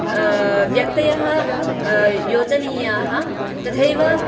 व्यक्तयः योजनीयाः तथैव